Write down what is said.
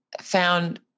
found